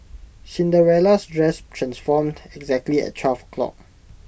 Cinderella's dress transformed exactly at twelve o' clock